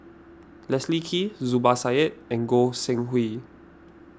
Leslie Kee Zubir Said and Goi Seng Hui